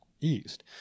east